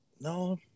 no